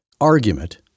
argument